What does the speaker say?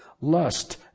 lust